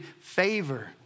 favor